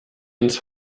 ins